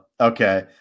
Okay